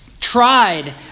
tried